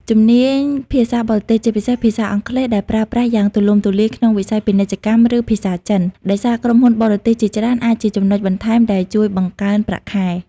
ជំនាញភាសាបរទេស ជាពិសេសភាសាអង់គ្លេស ដែលប្រើប្រាស់យ៉ាងទូលំទូលាយក្នុងវិស័យពាណិជ្ជកម្ម ឬភាសាចិន ដោយសារក្រុមហ៊ុនបរទេសជាច្រើន អាចជាចំណុចបន្ថែមដែលជួយបង្កើនប្រាក់ខែ។